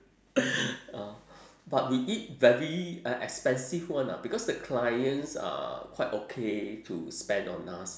uh but we eat very uh expensive one ah because the clients are quite okay to spend on us